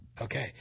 Okay